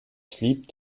sleep